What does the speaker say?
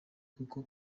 kuko